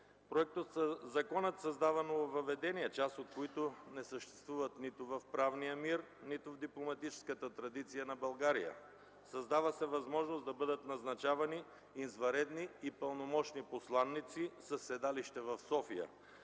Законопроектът създава нововъведения, част от които не съществуват нито в правния мир, нито в дипломатическата традиция на България. Създава се възможност да бъдат назначавани извънредни и пълномощни посланици със седалище в София